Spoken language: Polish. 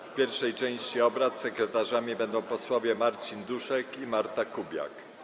W pierwszej części obrad sekretarzami będą posłowie Marcin Duszek i Marta Kubiak.